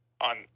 on